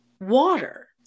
water